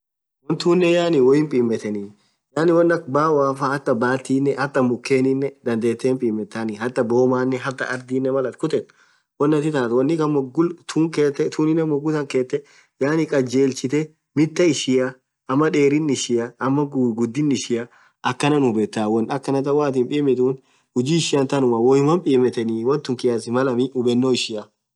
Wonn tunen yaani woiii pimetheni yaani wonn akhaa baoa faa hataa mkheninen dhandhethe hin pimethani hataa bomanen arrdhinen Mal athin khutethu wonn athi itathu wonni than moghutun khethe tunen moghutan khete yaani khaljelchite mitah ishia amaa dherin ishia amaa ghudin ishia akhanan hubethaa wonn than wonn akhana than woathin pimithu huji ishian thaa numma woyuman pimetheni wonn tun kiasi malammi hubhenoo ishia